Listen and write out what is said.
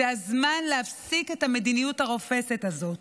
זה הזמן להפסיק את המדיניות הרופסת הזאת.